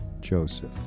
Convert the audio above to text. Joseph